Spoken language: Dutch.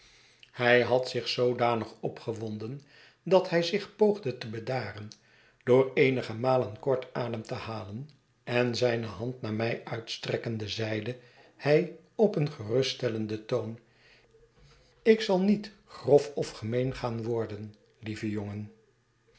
hij had zich zoodanig opgewonden dat hij zich poogde te bedaren door eenige malen kort adem te halen en zijne hand naar mij uitstrekkende zeide hij op een geruststellenden toon ik zal niet grof of gemeen gaan worden lieve jongen